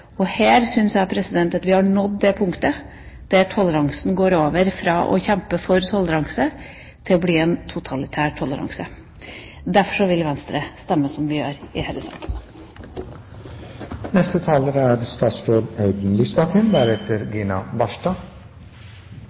totalitær. Her syns jeg at vi har nådd det punktet der toleransen går over – i kampen for toleranse – til å bli en totalitær toleranse. Derfor vil Venstre stemme som vi gjør i denne saken. Diskrimineringsvernet i norsk rett er